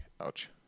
Ouch